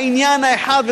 העניין האחד,